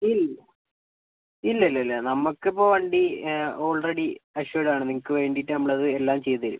ഇൽ ഇല്ലില്ലില്ല നമുക്കിപ്പോൾ വണ്ടി ഓൾറെഡി അഷ്വേർഡ് ആണ് നിങ്ങൾക്ക് വേണ്ടിയിട്ട് നമ്മളത് എല്ലാം ചെയ്തു തരും